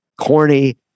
corny